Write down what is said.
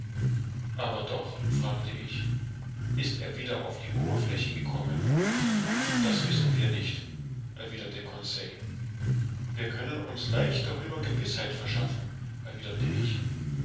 aber doch fragte ich ist er wieder auf die oberfläche gekommen das wissen wir nicht erwiderte conseil wir können uns leicht darüber gewißheit verschaffen erwiderte ich